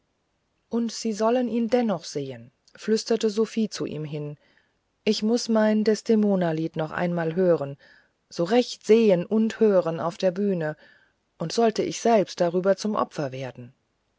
und sie sollen ihn dennoch sehen flüsterte sophie zu ihm hin ich muß mein desdemonalied noch einmal hören so recht sehen und hören auf der bühne und sollte ich selbst darüber zum opfer werden